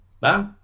Bye